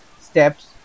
steps